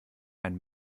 einen